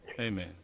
Amen